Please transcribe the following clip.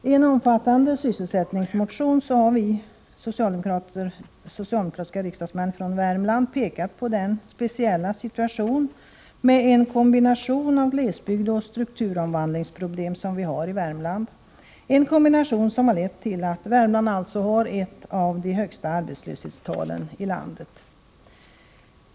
I en omfattande sysselsättningsmotion har vi socialdemokratiska riksdagsmän från Värmland pekat på den speciella situation, med en kombination av glesbygd och strukturomvandlingsproblem, som vi har i Värmland — en kombination som har lett till att Värmland alltså har ett av de högsta arbetslöshetstalen i landet.